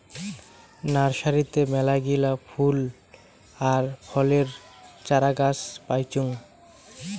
নার্সারিতে মেলাগিলা ফুল আর ফলের চারাগাছ পাইচুঙ